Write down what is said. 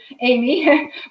Amy